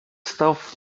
став